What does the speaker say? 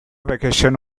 vacation